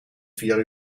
vier